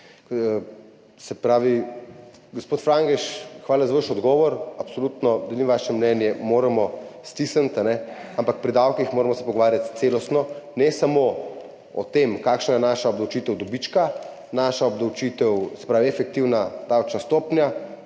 reviziji. Gospod Frangež, hvala za vaš odgovor. Absolutno delim vaše mnenje, moramo stisniti, ampak pri davkih se moramo pogovarjati celostno, ne samo o tem, kakšna je naša obdavčitev dobička, naša obdavčitev, se pravi efektivna davčna stopnja,